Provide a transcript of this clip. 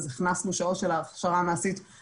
אז הכנסנו שעות מינימום של הכשרה מעשית.